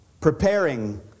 preparing